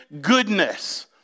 goodness